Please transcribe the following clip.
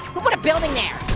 who put a building there?